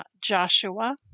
Joshua